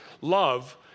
love